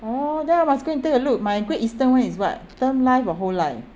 orh then I must go and take a look my great eastern one is what term life or whole life